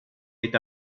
est